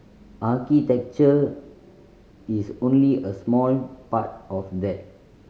architecture is only a small part of that